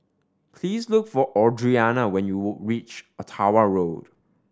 please look for Audriana when you reach Ottawa Road